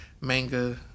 manga